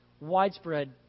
widespread